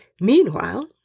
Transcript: Meanwhile